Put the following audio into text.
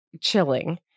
chilling